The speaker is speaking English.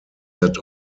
that